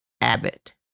Abbott